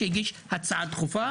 שהגיש הצעה דחופה.